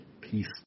Peace